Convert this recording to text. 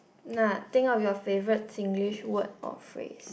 nah think of your favorite Singlish word or phrase